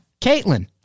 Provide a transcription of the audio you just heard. Caitlin